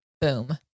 boom